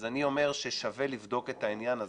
אז אני אומר ששווה לבדוק את העניין הזה.